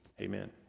amen